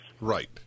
Right